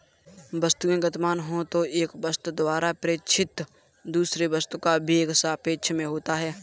वस्तुएं गतिमान हो तो एक वस्तु द्वारा प्रेक्षित दूसरे वस्तु का वेग सापेक्ष में होता है